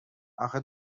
آخه